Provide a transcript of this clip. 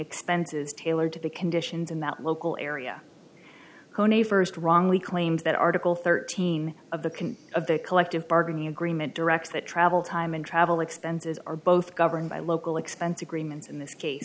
expenses tailored to the conditions in that local area tony first wrongly claims that article thirteen of the can of the collective bargaining agreement directs that travel time and travel expenses are both governed by local expense agreements in this case